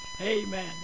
Amen